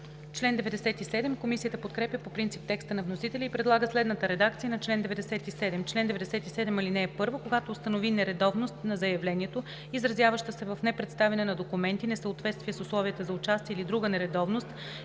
Комисията подкрепя по принцип текста на вносителя и предлага следната редакция на чл. 97: „Чл. 97. (1) Когато установи нередовност на заявлението, изразяваща се в непредставяне на документи, несъответствие с условията за участие или друга нередовност